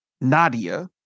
Nadia